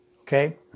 okay